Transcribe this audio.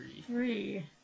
Three